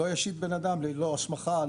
לא ישיט בן אדם ללא הסמכה.